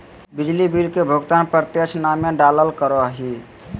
बिजली बिल के भुगतान प्रत्यक्ष नामे डालाल करो हिय